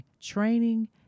training